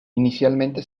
inicialmente